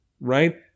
Right